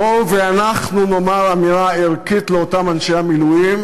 בואו ונאמר אמירה ערכית לאותם אנשי המילואים